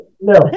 No